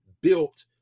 built